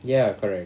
ya correct